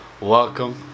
welcome